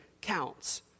counts